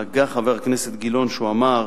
נגע חבר הכנסת גילאון כשהוא אמר,